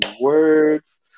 words